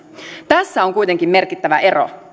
tässä on kuitenkin merkittävä ero